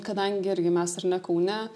kadangi irgi mes ar ne kaune